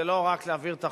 זה לא רק להעביר את החוק.